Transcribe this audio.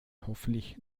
hoffentlich